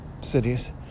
cities